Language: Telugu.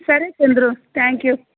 సరే చంద్రు థ్యాంక్ యూ